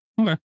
Okay